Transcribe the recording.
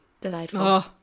delightful